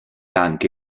anche